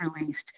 released